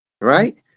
right